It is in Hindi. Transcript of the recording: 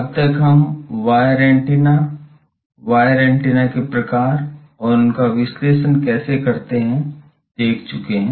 अब तक हम वायर एंटीना वायर एंटीना के प्रकार और उनका विश्लेषण कैसे करते हैं देख चुके हैं